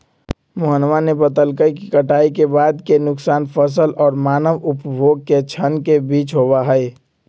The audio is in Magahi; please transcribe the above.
मोहनवा ने बतल कई कि कटाई के बाद के नुकसान फसल और मानव उपभोग के क्षण के बीच होबा हई